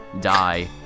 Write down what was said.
die